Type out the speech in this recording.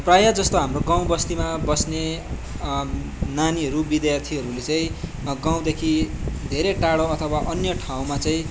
प्रायः जस्तो हाम्रो गाउँ बस्तीमा बस्ने नानीहरू विद्यार्थीहरूले चाहिँ गाउँदेखि धेरै टाडो अथवा अन्य ठाउँमा चाहिँ